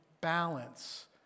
balance